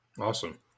Awesome